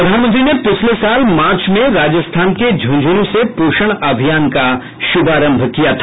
प्रधानमंत्री ने पिछले साल मार्च में राजस्थान के झुंझनू से पोषण अभियान का शुभारंभ किया था